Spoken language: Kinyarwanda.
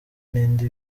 n’indi